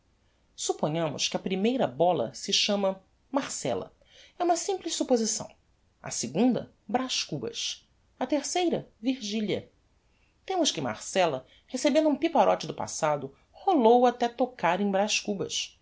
supponhamos que a primeira bola se chama marcella é uma simples supposição a segunda braz cubas a terceira virgilia temos que marcella recebendo um piparote do passado rolou até tocar em braz cubas